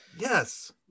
yes